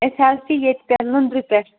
أسۍ حظ چھِ ییٚتہِ نُنرِ پٮ۪ٹھ